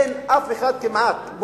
אין אף אחד כמעט,